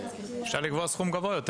אפשר לקבוע סכום גבוה יותר,